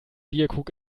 bierkrug